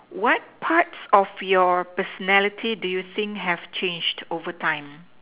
what parts of your personality do you think have changed over time